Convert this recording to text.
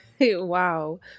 Wow